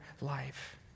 life